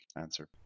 answer